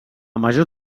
majors